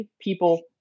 people